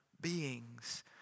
beings